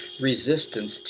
resistance